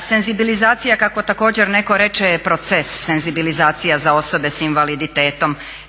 senzibilizacija kako također neko reče je proces, senzibilizacija za osobe s invaliditetom.